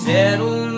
Settle